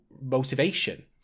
motivation